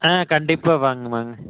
ஆ கண்டிப்பாக வாங்க வாங்க